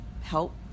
help